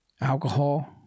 alcohol